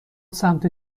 سمت